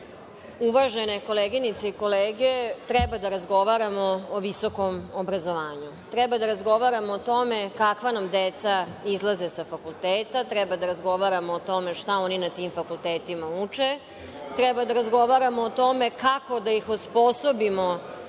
koleginice i kolege, treba da razgovaramo o visokom obrazovanju. Treba da razgovaramo o tome kakva nam deca izlaze sa fakulteta. Treba da razgovaramo o tome šta oni na tim fakultetima uče. Treba da razgovaramo o tome kako da ih osposobimo